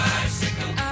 Bicycle